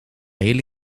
hele